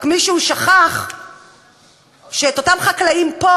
רק מישהו שכח שאת אותם חקלאים פה,